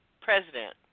president